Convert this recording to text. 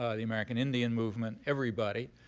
ah the american indian movement, everybody.